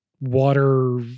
water